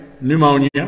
pneumonia